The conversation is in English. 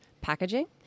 packaging